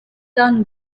done